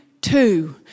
Two